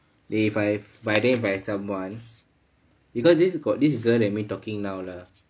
if I have by then I have someone because this got this girl and me talking now lah